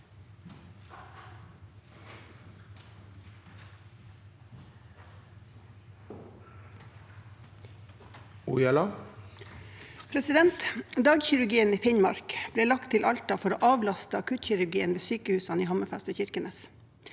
Dagkirurgien i Finn- mark ble lagt til Alta for å avlaste akuttkirurgien ved sykehusene i Hammerfest og Kirkenes.